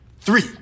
Three